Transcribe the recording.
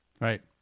Right